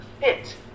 Fit